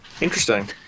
Interesting